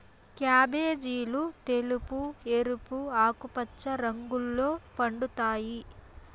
క్యాబేజీలు తెలుపు, ఎరుపు, ఆకుపచ్చ రంగుల్లో పండుతాయి